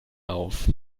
auf